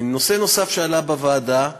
נושא נוסף שעלה בוועדה,